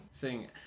sing